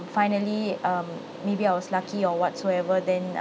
finally um maybe I was lucky or whatsoever then